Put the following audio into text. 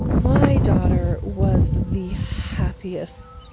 my daughter was the happiest,